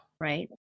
right